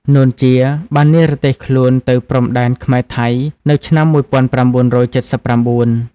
នួន ជា បាននិរទេសខ្លួនទៅព្រំដែនខ្មែរ-ថៃ នៅឆ្នាំ១៩៧៩ ។